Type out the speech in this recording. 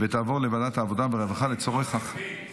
ותעבור לוועדת העבודה והרווחה לצורך הכנתה,